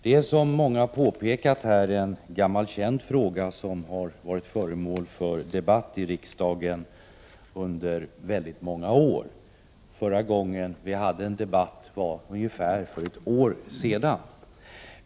Det är, som många påpekat, en gammal känd fråga, som har varit föremål för debatt i riksdagen under väldigt många år. Förra gången vi hade en debatt var för ungefär ett år sedan.